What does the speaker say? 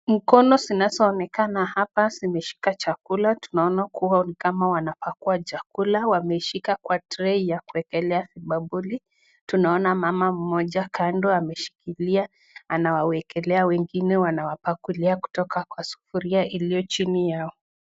Mikono zinazoonekana hapa zimeshika chakula, tunaona ni kama wanapakua chakula, wameshika kwa tray ya kuekelea bakauli, tunaona mama mmoja kando ameshikilia anawawekelea wengine anawapukulia kutoka kwa sufuria iliyo chini yao.